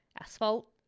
asphalt